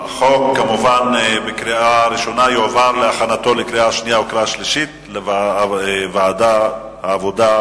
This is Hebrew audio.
החוק יועבר להכנתו לקריאה שנייה ולקריאה שלישית בוועדת העבודה,